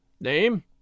Name